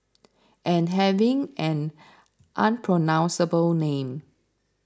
and having an unpronounceable name